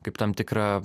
kaip tam tikrą